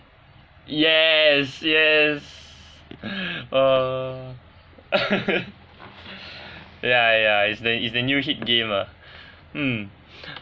yes yes err ya ya it's their is the new hit game ah mm